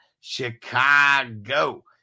Chicago